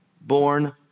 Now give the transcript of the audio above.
born